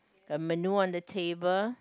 a menu on the table